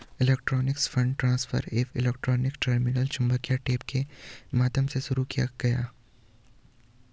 electronic fund transfer एक electronic terminal चुंबकीय tape के माध्यम से शुरू किया गया